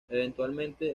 eventualmente